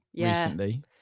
recently